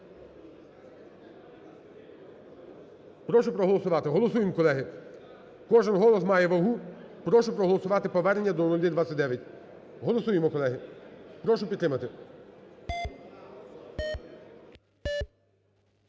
Прошу проголосувати. Голосуємо, колеги, кожен голос має вагу, прошу проголосувати повернення до 0129, голосуємо, колеги, прошу підтримати.